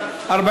נתקבלה.